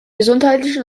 gesundheitlichen